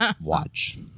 Watch